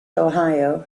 ohio